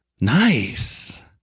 Nice